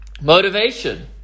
motivation